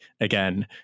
again